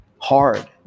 hard